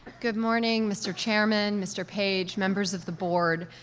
good morning, mr. chairman, mr. page, members of the board,